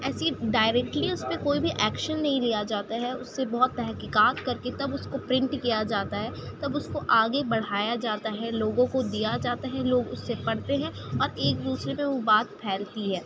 ایسی ڈائیریکٹلی اس پہ کوئی بھی ایکشن نہیں لیا جاتا ہے اس سے بہت تحقیقات کر کے تب اس کو پرنٹ کیا جاتا ہے تب اس کو آگے بڑھایا جاتا ہے لوگوں کو دیا جاتا ہے لوگ اسے پڑھتے ہیں اور ایک دوسرے پہ وہ بات پھلیتی ہے